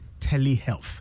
telehealth